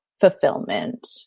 fulfillment